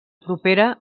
propera